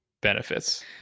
benefits